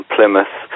Plymouth